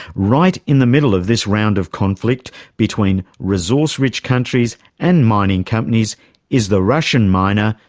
right in the middle of this round of conflict between resource-rich countries and mining companies is the russian miner,